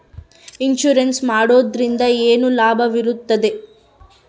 Insurance ಮಾಡೋದ್ರಿಂದ ಏನು ಲಾಭವಿರುತ್ತದೆ?